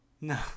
No